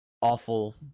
awful